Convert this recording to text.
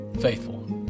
faithful